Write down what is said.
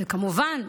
וכמובן,